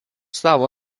savo